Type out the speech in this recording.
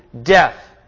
death